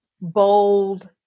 bold